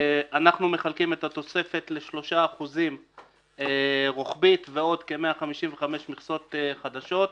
אנחנו מחלקים את התוספת ל-3% רוחבית ועוד כ-155 מכסות חדשות.